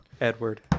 Edward